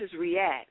react